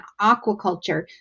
aquaculture